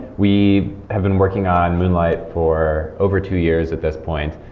we have been working on moonlight for over two years at this point.